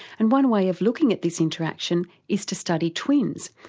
and one way of looking at this interaction is to study twins,